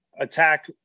attack